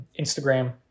Instagram